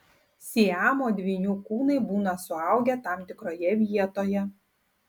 siamo dvynių kūnai būna suaugę tam tikroje vietoje